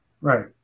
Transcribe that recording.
Right